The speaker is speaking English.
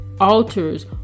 altars